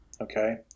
okay